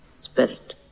Spirit